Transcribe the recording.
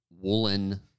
woolen